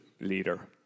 leader